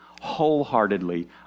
wholeheartedly